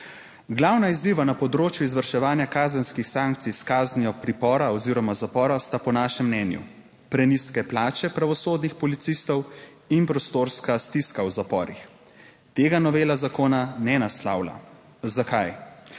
Glavna izziva na področju izvrševanja kazenskih sankcij s kaznijo pripora oziroma zapora sta po našem mnenju: prenizke plače pravosodnih policistov in prostorska stiska v zaporih. Tega novela zakona ne naslavlja. Zakaj?